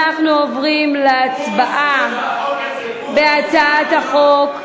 אנחנו עוברים להצבעה על הצעת החוק,